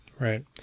Right